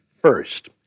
first